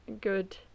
good